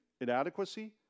inadequacy